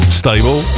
stable